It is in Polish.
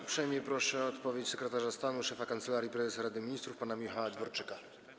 Uprzejmie proszę o odpowiedź sekretarza stanu, szefa Kancelarii Prezesa Rady Ministrów pana Michała Dworczyka.